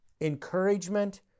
encouragement